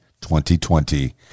2020